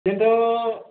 खिन्थु